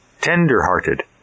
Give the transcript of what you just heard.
tender-hearted